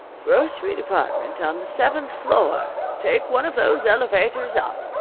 grocery department on the seventh floor. take one of those elevators up.